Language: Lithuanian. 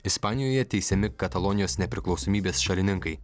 ispanijoje teisiami katalonijos nepriklausomybės šalininkai